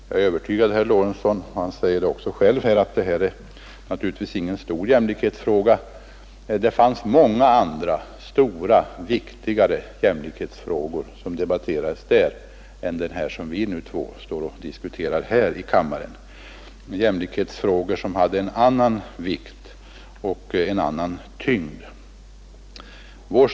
Jag är övertygad om att herr Lorentzon inte anser att frågan om klassindelningen vid SJ är någon stor jämlikhetsfråga — och det säger han också själv. Det fanns många andra större och viktigare jämlikhetskrav än den som vi nu diskuterar i kammaren som debatterades vid kongressen — jämlikhetskrav som hade en annan vikt och tyngd än denna.